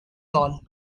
doll